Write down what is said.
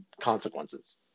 consequences